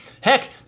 Heck